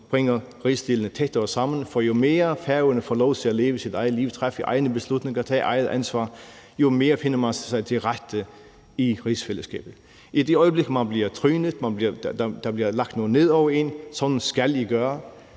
bringer rigsdelene tættere sammen. For jo mere Færøerne får lov til at leve sit eget liv, træffe sine egne beslutninger, tage eget ansvar, jo mere finder man sig tilrette i et rigsfællesskab. I det øjeblik man bliver trynet, hvor der bliver lagt noget ned over en – sådan skal I gøre!